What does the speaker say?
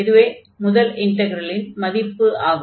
அதுவே முதல் இன்டக்ரலின் மதிப்பு ஆகும்